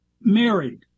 married